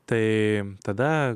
tai tada